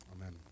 Amen